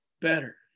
better